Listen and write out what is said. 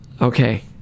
Okay